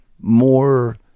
more